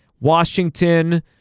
Washington